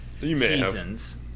seasons